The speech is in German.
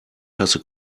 tasse